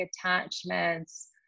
attachments